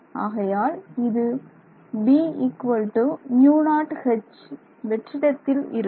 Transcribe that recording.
ஆகையால் இது வெற்றிடத்தில் இருக்கும்